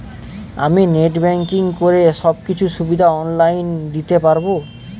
আমি net banking করে সব কিছু সুবিধা অন লাইন দিতে পারবো?